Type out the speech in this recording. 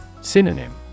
Synonym